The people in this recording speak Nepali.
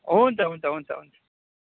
हुन्छ हुन्छ हुन्छ हुन्छ